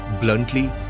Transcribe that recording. bluntly